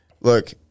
Look